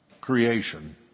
creation